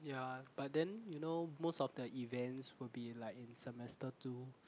ya but then you know most of the events will be like in semester two